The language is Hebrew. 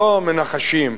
לא מנחשים,